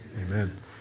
amen